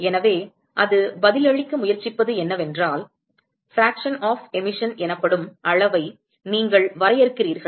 எனவே அது பதிலளிக்க முயற்சிப்பது என்னவென்றால் பிராக்சன் ஆஃ எமிஷன் F எனப்படும் அளவை நீங்கள் வரையறுக்கிறீர்கள்